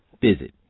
Visit